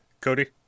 Cody